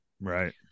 right